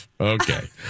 Okay